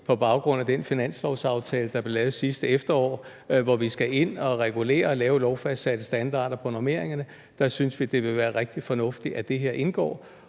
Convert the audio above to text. på baggrund af den finanslovsaftale, der blev lavet sidste efterår, hvor vi skal ind og regulere og lave lovfastsatte standarder på normeringerne, at det her indgår, og så ser vi meget gerne,